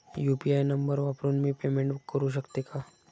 UPI नंबर वापरून मी पेमेंट करू शकते का?